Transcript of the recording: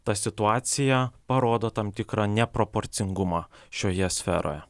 ta situacija parodo tam tikrą neproporcingumą šioje sferoje